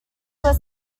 were